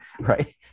right